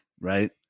right